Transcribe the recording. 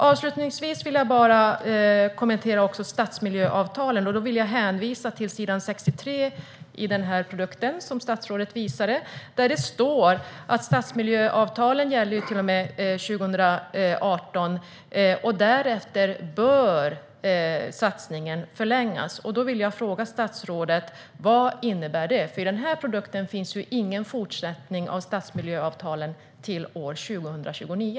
Avslutningsvis vill jag kommentera stadsmiljöavtalen. Jag hänvisar till s. 63 i den tryckta produkt som statsrådet visade upp. Där står det att stadsmiljöavtalen gäller till och med 2018, och därefter bör satsningen förlängas. Jag vill fråga statsrådet: Vad innebär detta? I den här produkten finns ju ingen fortsättning av stadsmiljöavtalen till år 2029.